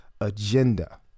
agenda